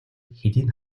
хэдийн